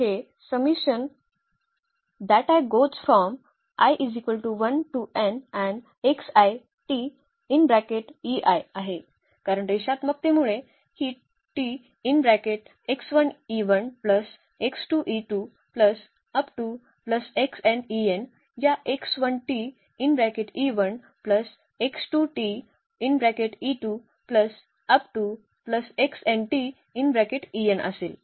तर आपल्याकडे हे आहे कारण रेषात्मकतेमुळे ही या असेल